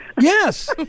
Yes